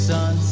Sun